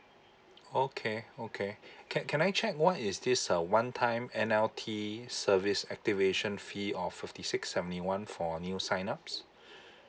oh okay okay can can I check what is this a one time N_L_T service activation fee of fifty six seventy one for new sign ups